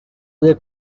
other